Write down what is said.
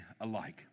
alike